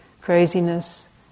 craziness